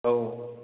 औ